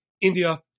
India